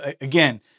again